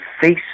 face